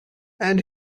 and